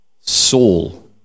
Saul